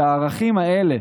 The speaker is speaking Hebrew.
שהערכים האלה,